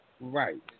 Right